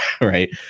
right